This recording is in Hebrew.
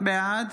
בעד